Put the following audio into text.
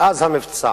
מאז המבצע,